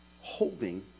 holding